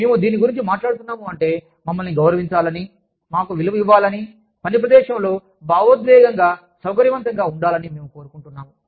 మేము దీనిని గురించి మాట్లాడుతున్నాము అంటే మమ్మల్ని గౌరవించాలని మాకు విలువ ఇవ్వాలని పని ప్రదేశంలో భావోద్వేగంగా సౌకర్యవంతంగా ఉండాలని మేము కోరుకుంటున్నాము